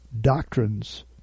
doctrines